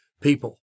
people